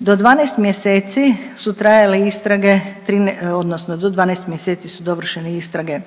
do 12 mjeseci su dovršene istrage